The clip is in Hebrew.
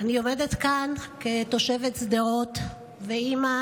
אני עומדת כאן כתושבת שדרות ואימא